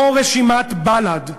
לא רשימת בל"ד,